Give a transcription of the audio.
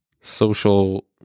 social